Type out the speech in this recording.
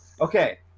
Okay